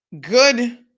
good